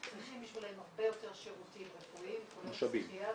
צריך שיגישו להם הרבה יותר שירותים רפואיים כולל פסיכיאטרים.